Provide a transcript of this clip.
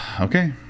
Okay